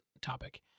topic